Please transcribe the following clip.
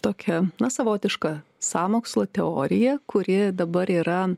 tokią na savotišką sąmokslo teoriją kuri dabar yra